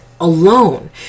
alone